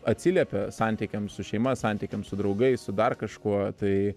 atsiliepia santykiams su šeima santykiams su draugais su dar kažkuo tai